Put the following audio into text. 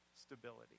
stability